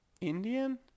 Indian